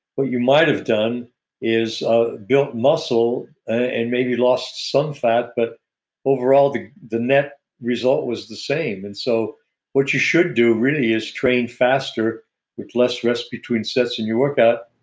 what you might have done is ah built muscle and maybe lost some fat but overall the the net result was the same, and so what you should do really is train faster with less rest between sets in your workout.